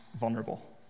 vulnerable